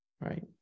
right